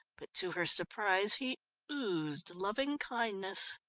but to her surprise he oozed loving-kindness.